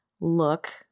look